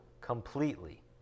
completely